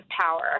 power